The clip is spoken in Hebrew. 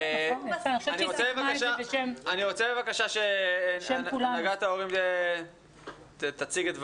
אני רוצה לשמוע את הנהגת ההורים הארצית.